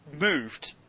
moved